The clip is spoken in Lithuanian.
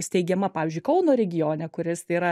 steigiama pavyzdžiui kauno regione kuris yra